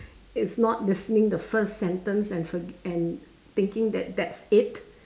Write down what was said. it's not listening the first sentence and forget and thinking that that's it